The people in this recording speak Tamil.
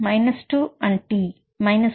2 this T 1